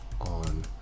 on